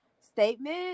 statement